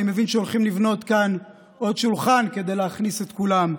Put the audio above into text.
אני מבין שהולכים לבנות כאן עוד שולחן כדי להכניס את כולם.